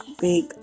big